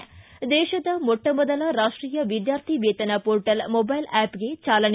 ಿ ದೇಶದ ಮೊಟ್ಟ ಮೊದಲ ರಾಷ್ಟೀಯ ವಿದ್ಯಾರ್ಥಿ ವೇತನ ಪೋರ್ಟ್ಲ್ ಮೊದೈಲ್ ಆಪ್ಗೆ ಚಾಲನೆ